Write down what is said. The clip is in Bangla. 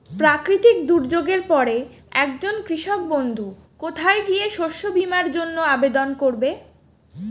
প্রাকৃতিক দুর্যোগের পরে একজন কৃষক বন্ধু কোথায় গিয়ে শস্য বীমার জন্য আবেদন করবে?